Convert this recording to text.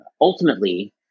ultimately